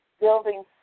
building